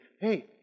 hey